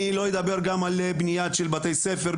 אני לא אדבר גם על בנייה של בתי ספר,